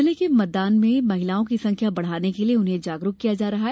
जिले के मतदान में महिलाओं की संख्या बढ़ाने के लिए उन्हें जागरुक किया जा रहा है